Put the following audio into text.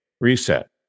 reset